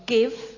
Give